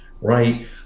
right